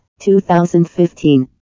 2015